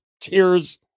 Tears